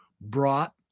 brought